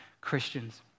Christians